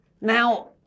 Now